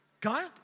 God